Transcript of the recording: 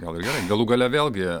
gal ir gerai gal galų gale vėlgi